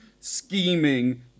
scheming